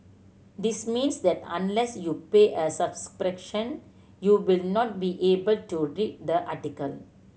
this means that unless you pay a subscription you will not be able to read the article